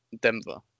Denver